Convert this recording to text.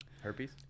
Herpes